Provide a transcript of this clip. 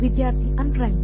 ವಿದ್ಯಾರ್ಥಿ ಅನ್ಪ್ರೈಮ್ಡ್